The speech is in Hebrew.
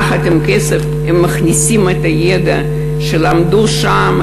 יחד עם הכסף הם מכניסים את הידע שהם למדו שם,